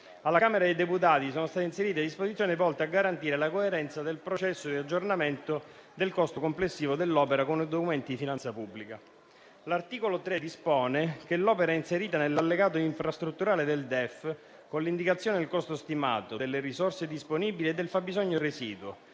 Alla Camera dei deputati sono state inserite disposizioni volte a garantire la coerenza del processo di aggiornamento del costo complessivo dell'opera con i documenti di finanza pubblica. L'articolo 3 dispone che l'opera è inserita nell'Allegato infrastrutture al DEF, con l'indicazione del costo stimato, delle risorse disponibili e del fabbisogno residuo,